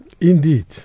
Indeed